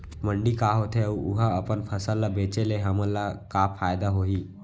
मंडी का होथे अऊ उहा अपन फसल ला बेचे ले हमन ला का फायदा होही?